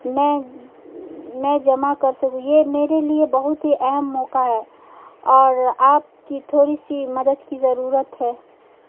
میں میں جمع کر سکوں یہ میرے لیے بہت ہی اہم موقع ہے اور آپ کی تھوڑی سی مدد کی ضرورت ہے